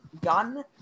gun